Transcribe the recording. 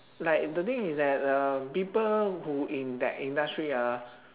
like the thing is that uh people who in that industry ah